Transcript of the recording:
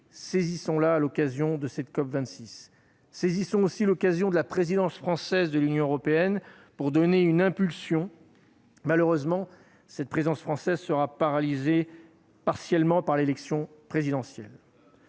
Saisissons-la, à l'occasion de cette COP26 ! Saisissons aussi l'occasion de la présidence française du Conseil de l'Union européenne pour donner une nouvelle impulsion. Malheureusement, cette présidence sera partiellement paralysée par l'élection présidentielle.